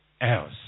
else